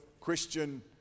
Christian